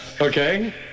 Okay